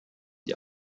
die